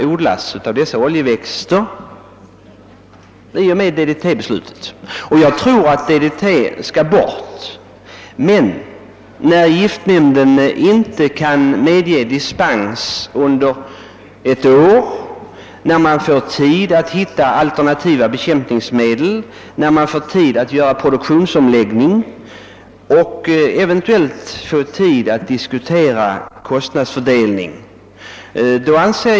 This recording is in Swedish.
Jag tror att det är riktigt att användning av DDT förbjuds även för dessa odlingar. Giftnämnden har emellertid inte velat bevilja dispens under ett år, under vilken tid man hade kunnat arbeta fram alternativa bekämpningsmedel, förbereda en produktionsomläggning och eventuellt även diskutera frågan om kostnadsfördelningen.